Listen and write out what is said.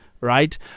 Right